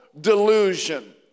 delusion